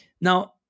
Now